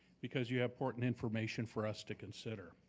because you important information for us to consider.